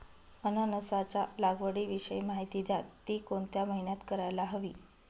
अननसाच्या लागवडीविषयी माहिती द्या, ति कोणत्या महिन्यात करायला हवी?